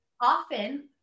often